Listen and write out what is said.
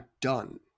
done